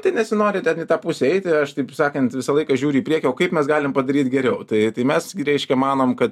tai nesinori ten į tą pusę eiti aš taip sakant visą laiką žiūriu į priekį o kaip mes galim padaryt geriau tai tai mes gi reiškia manom kad